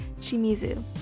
Shimizu